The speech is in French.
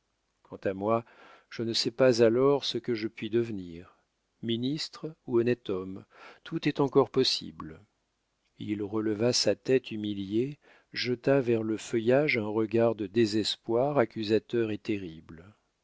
quant à moi je ne sais pas alors ce que je puis devenir ministre ou honnête homme tout est encore possible il releva sa tête humiliée jeta vers le feuillage un regard de désespoir accusateur et terrible